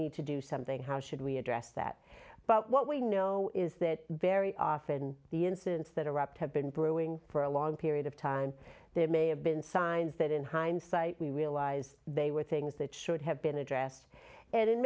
need to do something how should we address that but what we know is that very often the incidents that erupt have been brewing for a long period of time there may have been signs that in hindsight we realize they were things that should have been addressed and in